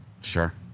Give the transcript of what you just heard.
Sure